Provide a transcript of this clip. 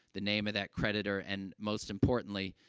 the name of that creditor and, most importantly,